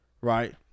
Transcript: right